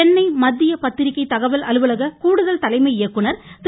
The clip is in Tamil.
சென்னை மத்திய பத்திரிக்கை தகவல் அலுவலக கூடுதல் தலைமை இயக்குனர் திரு